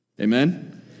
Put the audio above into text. Amen